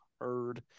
heard